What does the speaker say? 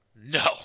No